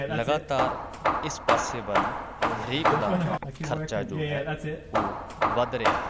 ਲਗਾਤਾਰ ਇਸ ਪਾਸੇ ਵੱਲ ਹਰੇਕ ਦਾ ਖਰਚਾ ਜੋ ਹੈ ਉਹ ਵੱਧ ਰਿਹਾ ਹੈ